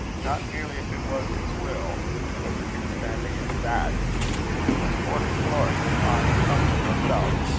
not merely if it was his will for wha can stan' against that but if it was for his glory ay, an' comfort mysel',